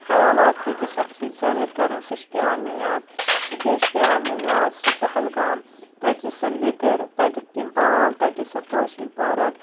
خیالات أکِس اَکھ سۭتۍ ظٲہِر کَرُن سُہ چھُ مے پٮ۪وان یاد تہٕ بیٚیہِ چھ پٮ۪وان مےٚ یاد سُہ پہلگام تَتِچ سۄ لِدٕر تتِکۍ تِم بال تَتِچ سۄ پوشوٕنۍ پارَک